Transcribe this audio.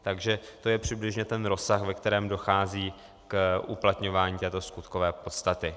Takže to je přibližně rozsah, ve kterém dochází k uplatňování této skutkové podstaty.